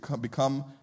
become